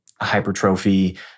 hypertrophy